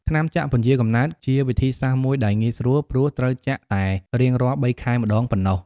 ថ្នាំចាក់ពន្យារកំណើត ជាវិធីសាស្ត្រមួយដែលងាយស្រួល ព្រោះត្រូវចាក់តែរៀងរាល់ ៣ ខែម្តងប៉ុណ្ណោះ។